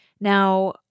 Now